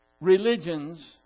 religions